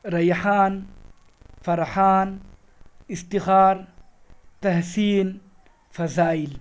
Rehan Farhan Iftikhar Tehseen Fazail